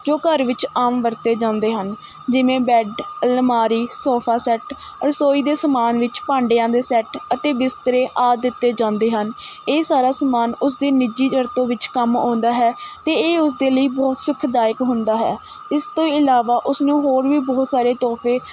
ਜੋ ਘਰ ਵਿੱਚ ਆਮ ਵਰਤੇ ਜਾਂਦੇ ਹਨ ਜਿਵੇਂ ਬੈੱਡ ਅਲਮਾਰੀ ਸੋਫ਼ਾ ਸੈੱਟ ਰਸੋਈ ਦੇ ਸਮਾਨ ਵਿੱਚ ਭਾਂਡਿਆਂ ਦੇ ਸੈੱਟ ਅਤੇ ਬਿਸਤਰੇ ਆਦਿ ਦਿੱਤੇ ਜਾਂਦੇ ਹਨ ਇਹ ਸਾਰਾ ਸਮਾਨ ਉਸਦੇ ਨਿੱਜੀ ਵਰਤੋਂ ਵਿੱਚ ਕੰਮ ਆਉਂਦਾ ਹੈ ਅਤੇ ਇਹ ਉਸਦੇ ਲਈ ਬਹੁਤ ਸੁਖਦਾਇਕ ਹੁੰਦਾ ਹੈ ਇਸ ਤੋਂ ਇਲਾਵਾ ਉਸਨੂੰ ਹੋਰ ਵੀ ਬਹੁਤ ਸਾਰੇ ਤੋਹਫ਼ੇ